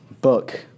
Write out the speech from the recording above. book